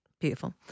Beautiful